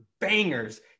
bangers